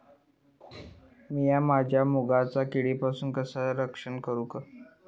मीया माझ्या मुगाचा किडीपासून कसा रक्षण करू?